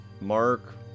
Mark